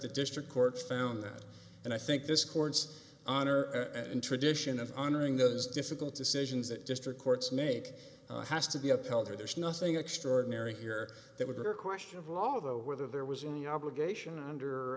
the district court found that and i think this court's honor and tradition of honoring those difficult decisions that district courts make has to be upheld or there's nothing extraordinary here that would are questionable although whether there was an obligation under